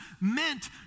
meant